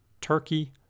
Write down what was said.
Turkey